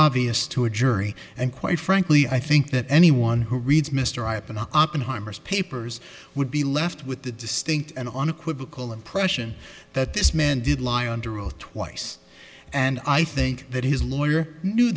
obvious to a jury and quite frankly i think that anyone who reads mr i've been oppenheimer's papers i would be left with the distinct and unequivocal impression that this man did lie under oath twice and i think that his lawyer knew